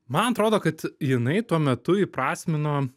man atrodo kad jinai tuo metu įprasmino